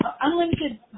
unlimited